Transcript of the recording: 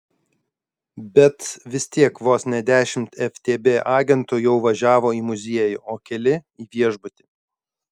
bet vis tiek vos ne dešimt ftb agentų jau važiavo į muziejų o keli į viešbutį